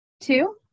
Two